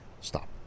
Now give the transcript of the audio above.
Stop